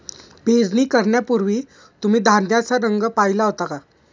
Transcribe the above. पेरणी करण्यापूर्वी तुम्ही धान्याचा रंग पाहीला होता का?